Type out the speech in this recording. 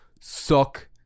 suck